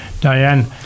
Diane